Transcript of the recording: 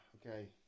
okay